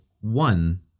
one